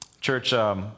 Church